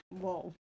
Whoa